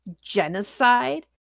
genocide